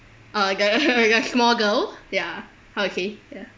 uh the the small girl ya okay ya